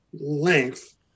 Length